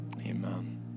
Amen